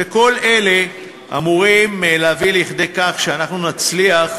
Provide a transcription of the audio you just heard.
כל אלה אמורים להביא לכך שאנחנו נצליח